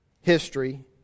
history